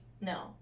No